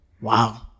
Wow